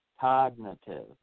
cognitive